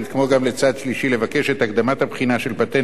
לבקש את הקדמת הבחינה של פטנטים בכמה מצבים,